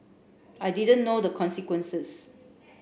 I didn't know the consequences